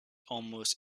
almost